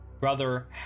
brother